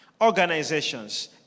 organizations